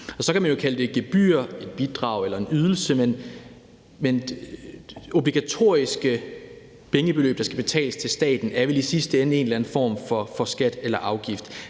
Så kan man jo kalde det et gebyr, et bidrag eller en ydelse, men obligatoriske pengebeløb, der skal betales til staten, er vel i sidste ende en eller anden form for skat eller afgift.